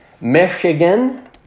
Michigan